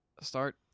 start